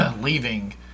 leaving